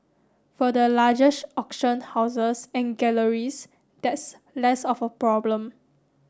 for the largest auction houses and galleries that's less of a problem